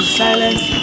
silence